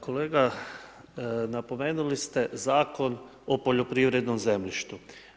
Kolega, napomenuli ste Zakon o poljoprivrednom zemljištu.